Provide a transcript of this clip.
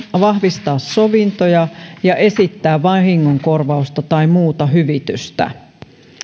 vahvistaa sovintoja ja esittää vahingonkorvausta tai muuta hyvitystä